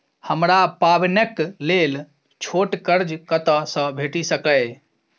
हमरा पाबैनक लेल छोट कर्ज कतऽ सँ भेटि सकैये?